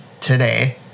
today